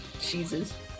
Jesus